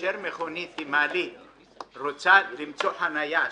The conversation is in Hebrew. כאשר מכונית עם מעלית רוצה למצוא חניה,